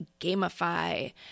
gamify